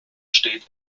steht